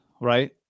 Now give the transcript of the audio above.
right